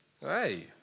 Hey